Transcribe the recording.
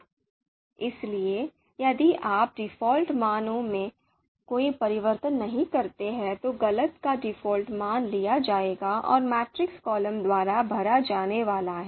इसलिए यदि आप डिफ़ॉल्ट मान में कोई परिवर्तन नहीं करते हैं तो गलत का डिफ़ॉल्ट मान लिया जाएगा और मैट्रिक्स कॉलम द्वारा भरा जाने वाला है